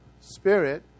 spirit